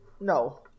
No